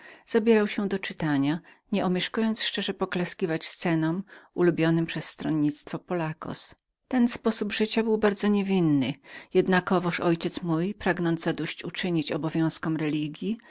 zabierał się do czytania sztuki nieomieszkując szczerze poklaskiwać miejscom ulubionym stronnictwa pollacos sposób ten życia był bardzo niewinnym jednakowoż mój ojciec pragnąc zadość uczynić obowiązkom religji